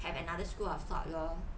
have another school of thought lor